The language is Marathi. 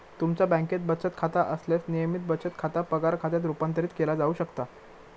तुमचा बँकेत बचत खाता असल्यास, नियमित बचत खाता पगार खात्यात रूपांतरित केला जाऊ शकता